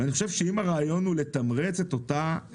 ואני חושב שאם הרעיון הוא לתמרץ את אותו